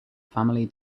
family